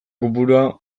kopurua